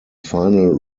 final